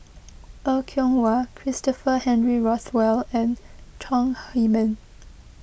Er Kwong Wah Christopher Henry Rothwell and Chong Heman